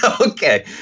Okay